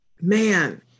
man